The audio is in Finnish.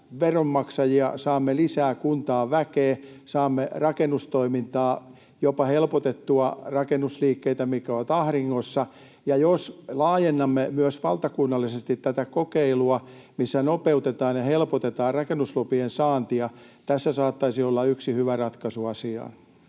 veronmaksajia, saamme lisää kuntaan väkeä, saamme rakennustoimintaa, jopa helpotettua rakennusliikkeitä, mitkä ovat ahdingossa, ja jos laajennamme myös valtakunnallisesti tätä kokeilua, missä nopeutetaan ja helpotetaan rakennuslupien saantia, tässä saattaisi olla yksi hyvä ratkaisu asiaan.